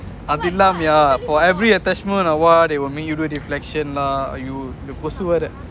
அதுல்லாமயா:athullamaya for every attachment or what they will make you do reflection lah !aiyo! இந்த கொசு வேற:intha kosu wera